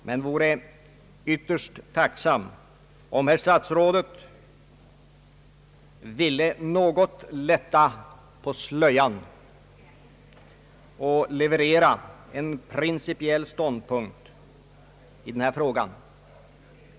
Jag vore emellertid ytterst tacksam om herr statsrådet ville något »lätta på slöjan» och leverera en principiell ståndpunkt i den här frågan.